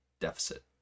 deficit